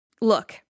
look